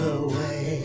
away